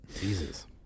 Jesus